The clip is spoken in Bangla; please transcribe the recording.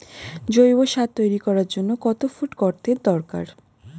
জৈব সার তৈরি করার জন্য কত ফুট গর্তের দরকার?